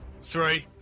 Three